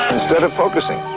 instead of focusing.